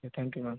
thank you ma'am